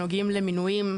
שנוגעים למינויים,